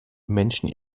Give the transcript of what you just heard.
menschen